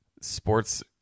sports